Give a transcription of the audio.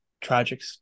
tragic